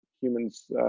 humans